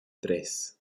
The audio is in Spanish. tres